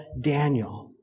Daniel